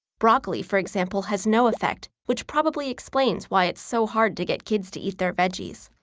broccoli, for example, has no effect, which probably explains why it's so hard to get kids to eat their veggies.